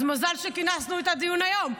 אז מזל שכינסנו את הדיון היום.